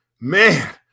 man